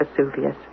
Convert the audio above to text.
Vesuvius